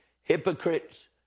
hypocrites